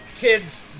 Kids